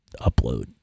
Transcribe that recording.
upload